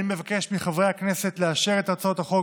אני מבקש מחברי הכנסת לאשר את הצעות החוק